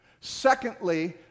Secondly